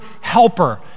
helper